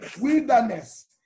Wilderness